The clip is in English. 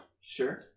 Sure